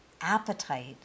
appetite